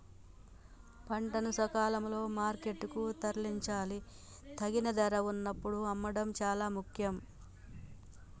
పంటను సకాలంలో మార్కెట్ కు తరలించాలి, తగిన ధర వున్నప్పుడు అమ్మడం చాలా ముఖ్యం